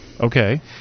Okay